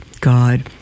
God